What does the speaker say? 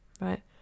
right